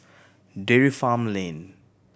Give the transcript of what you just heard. Dairy Farm Lane